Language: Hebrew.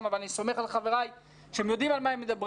אבל אני סומך על חבריי שהם יודעים על מה הם מדברים.